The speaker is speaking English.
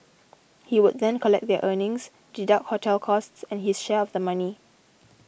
he would then collect their earnings deduct hotel costs and his share of the money